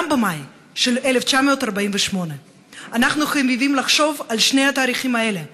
גם במאי של 1948. אנחנו חייבים לחשוב על שני התאריכים האלה,